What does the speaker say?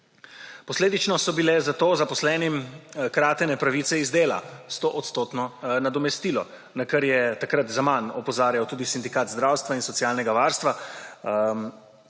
Posledično so bile zato zaposlenim kratene pravice iz dela – 100-odstotno nadomestilo. Na to je takrat zaman opozarjal tudi Sindikat zdravstva in socialnega varstva,